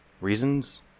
reasons